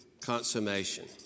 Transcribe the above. consummation